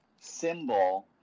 symbol